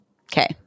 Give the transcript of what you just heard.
Okay